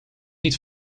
niet